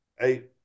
eight